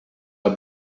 are